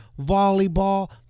volleyball